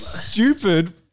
stupid